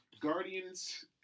Guardians